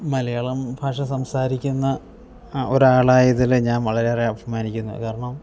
മലയാളം ഭാഷ സംസാരിക്കുന്ന ഒരാളായതിൽ ഞാൻ വളരെയേറെ അഭിമാനിക്കുന്നു കാരണം